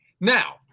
Now